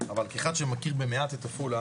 אבל כאחד שמכיר מעט את עפולה